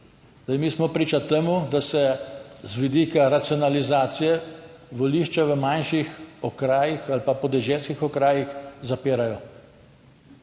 Mi smo priča temu, da se z vidika racionalizacije volišča v manjših okrajih ali pa podeželskih okrajih zapirajo.